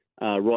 right